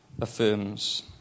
affirms